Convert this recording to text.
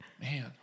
Man